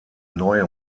neue